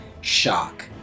shock